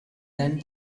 then